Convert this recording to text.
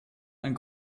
ein